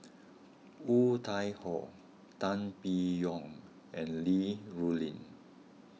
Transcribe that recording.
Woon Tai Ho Tan Biyun and Li Rulin